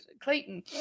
Clayton